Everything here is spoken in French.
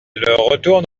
retourne